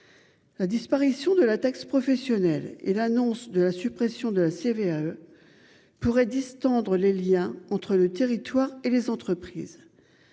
La disparition de la taxe professionnelle et l'annonce de la suppression de la CVAE. Pourrait distendre les Liens entre le territoire et les entreprises.